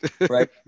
right